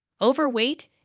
Overweight